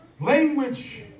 language